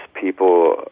people